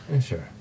sure